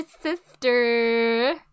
sister